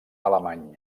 alemany